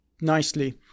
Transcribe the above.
nicely